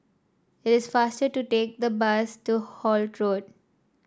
it is faster to take the bus to Holt Road